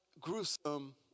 gruesome